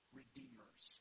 redeemers